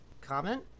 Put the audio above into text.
Comment